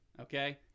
Okay